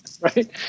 right